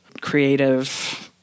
creative